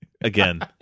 again